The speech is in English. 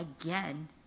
again